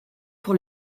pour